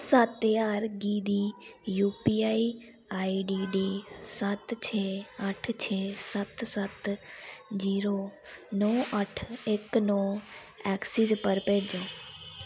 सत्त ज्हार गी दी U P I I D D सत्त छे अठ्ठ छे सत्त सत्त जीरो नौ अठ्ठ इक नौ ऐक्सिस पर भेजो